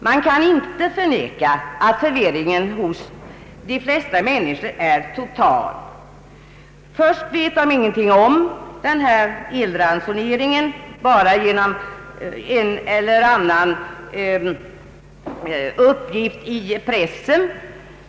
Man kan inte förneka att förvirringen hos de flesta människor är total. Först fick de veta om denna elransonering bara genom en eller annan uppgift i pressen.